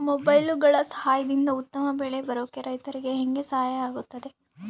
ಮೊಬೈಲುಗಳ ಸಹಾಯದಿಂದ ಉತ್ತಮ ಬೆಳೆ ಬರೋಕೆ ರೈತರಿಗೆ ಹೆಂಗೆ ಸಹಾಯ ಆಗುತ್ತೆ?